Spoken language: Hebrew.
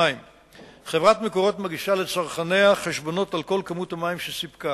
2. על כמה מ"ק מים מוגשים חשבונות לצרכנים?